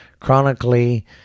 chronically